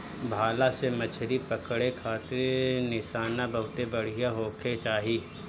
भाला से मछरी पकड़े खारित निशाना बहुते बढ़िया होखे के चाही